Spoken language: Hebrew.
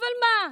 אבל מה,